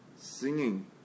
singing